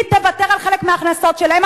היא תוותר על חלק מההכנסות שלהם,